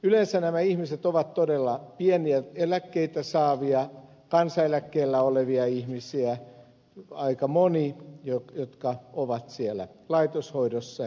yleensä nämä ihmiset ovat todella pieniä eläkkeitä saavia kansaneläkkeellä olevia ihmisiä aika moni jotka ovat siellä laitoshoidossa